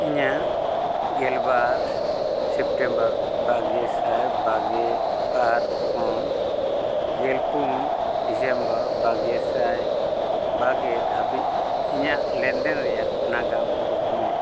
ᱤᱧᱟᱹᱜ ᱜᱮᱞᱵᱟᱨ ᱥᱮᱯᱴᱮᱢᱵᱚᱨ ᱵᱟᱜᱮ ᱥᱟᱭ ᱵᱟᱜᱮ ᱵᱟᱨ ᱠᱷᱚᱱ ᱜᱮᱞᱯᱩᱱ ᱰᱤᱥᱮᱢᱵᱚᱨ ᱵᱟᱜᱮ ᱥᱟᱭ ᱵᱟᱜᱮ ᱫᱷᱟᱵᱤᱡ ᱤᱧᱟᱹᱜ ᱞᱮᱱᱫᱮᱱ ᱨᱮᱱᱟᱜ ᱱᱟᱜᱟᱢ ᱩᱫᱩᱜᱽᱢᱮ